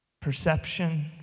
perception